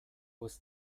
was